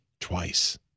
twice